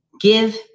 give